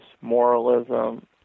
moralism